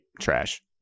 trash